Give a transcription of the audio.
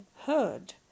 heard